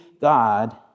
God